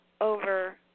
over